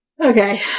Okay